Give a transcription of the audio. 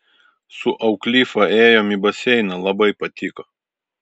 su auklifa ėjom į baseiną labai patiko